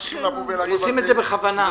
עושים את זה בכוונה.